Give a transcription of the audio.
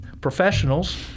professionals